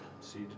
See